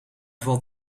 valt